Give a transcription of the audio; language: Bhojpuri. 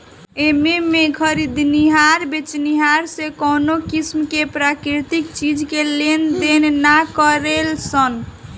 एमें में खरीदनिहार बेचनिहार से कवनो किसीम के प्राकृतिक चीज के लेनदेन ना करेलन सन